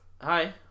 Hi